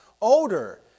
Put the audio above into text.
older